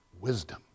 wisdom